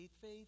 faith